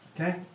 Okay